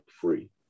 free